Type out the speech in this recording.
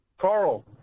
Carl